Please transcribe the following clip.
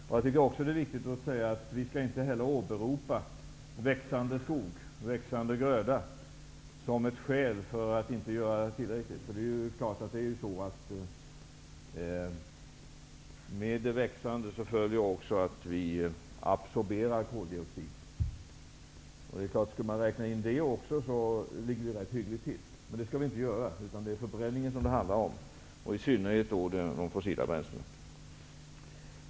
Det är också viktigt att säga att vi inte skall åberopa växande skog och växande gröda som ett skäl för att inte göra tillräckligt. Med det växande följer naturligtvis också att vi absorberar koldioxid. Skulle vi räkna in också det ligger vi rätt hyggligt till, men det skall vi inte göra, utan det är förbränningen det handlar om, i synnerhet de fossila bränslena.